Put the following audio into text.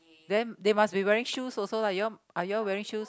then they must be wearing shoes also lah you all are you all wearing shoes